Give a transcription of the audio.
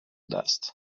dust